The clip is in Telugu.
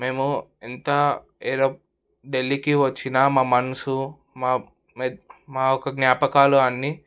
మేము ఇంత ఏరో ఢిల్లీకి వచ్చిన మా మనసు మా మా ఒక జ్ఞాపకాలు అన్ని